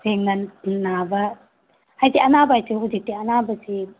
ꯇꯁꯦꯡꯅ ꯅꯥꯕ ꯍꯥꯏꯗꯤ ꯑꯅꯥꯕ ꯍꯥꯏꯁꯤ ꯍꯧꯖꯤꯛꯇꯤ ꯑꯅꯥꯕꯁꯤ